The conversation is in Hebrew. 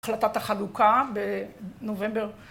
החלטת החלוקה בנובמבר.